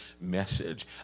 message